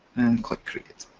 and click create.